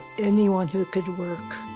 anyone who could work.